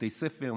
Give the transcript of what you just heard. בתי ספר,